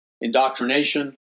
indoctrination